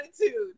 attitude